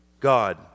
god